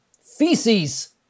feces